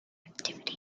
activity